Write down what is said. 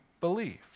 believed